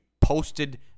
posted